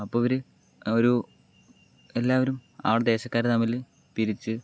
അപ്പോൾ ഇവര് ഒരു എല്ലാവരും ആ ഒരു ദേശക്കാര് തമ്മില് പിരിച്ച്